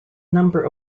number